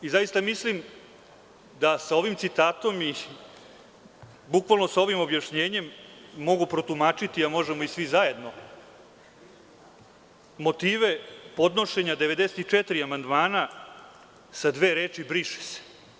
Zaista mislim da sa ovim citatom i bukvalno sa ovim objašnjenjem mogu protumačiti, a možemo i svi zajedno, motive podnošenja 94 amandmana sa dve reči „briše se“